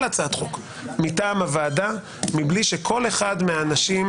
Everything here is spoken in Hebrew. הצעת חוק מטעם הוועדה מבלי שכל אחד מהאנשים,